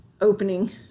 opening